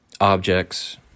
objects